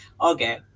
okay